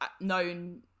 known